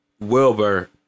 Wilbur